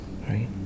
right